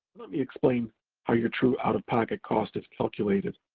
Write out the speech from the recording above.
me explain how your true out of pocket cost is calculated.